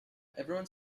everyone